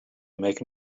make